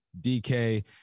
DK